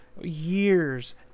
years